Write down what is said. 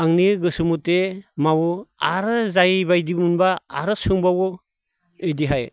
आंनि गोसोमथे मावो आरो जायै बायदि मोनबा आरो सोंबावो बिदिहाय